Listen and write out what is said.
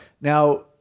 Now